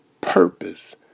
purpose